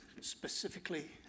specifically